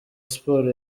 sports